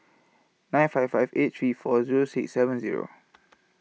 nine five five eight three four Zero six seven Zero